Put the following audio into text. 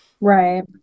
Right